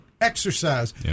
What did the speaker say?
exercise